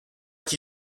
qui